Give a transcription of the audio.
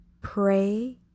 PRAY-